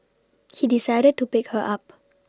he decided to pick her up